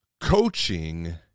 Coaching